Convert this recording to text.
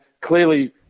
clearly